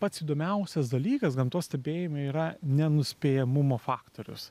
pats įdomiausias dalykas gamtos stebėjime yra nenuspėjamumo faktorius